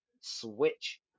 switch